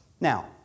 Now